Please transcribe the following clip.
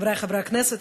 חברי חברי הכנסת,